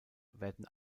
werden